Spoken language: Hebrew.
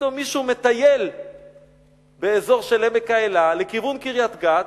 פתאום מישהו מטייל באזור של עמק האלה לכיוון קריית-גת,